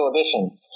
edition